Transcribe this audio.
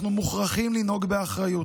אנחנו מוכרחים לנהוג באחריות: